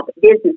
business